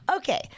Okay